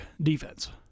defense